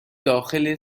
داخل